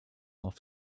off